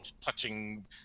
touching